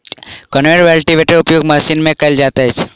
conveyor बेल्टक उपयोग machine मे कयल जाइत अछि